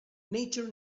nature